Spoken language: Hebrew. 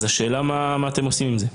אז השאלה מה אתם עושים עם זה?